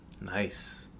Nice